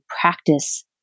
practice